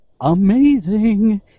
amazing